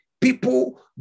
People